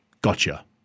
gotcha